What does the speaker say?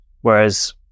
Whereas